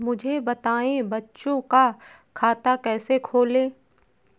मुझे बताएँ बच्चों का खाता कैसे खोलें?